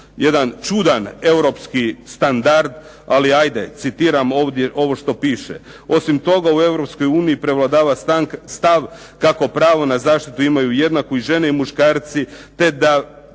Jedan čudan europski standard, ali hajde citiram ovdje ovo što piše. Osim toga, u Europskoj uniji prevladava stav kako pravo na zaštitu imaju jednaku i žene i muškarci, te da